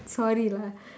sorry lah